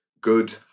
good